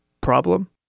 problem